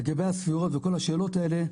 לגבי הספירות וכל השאלות האלה,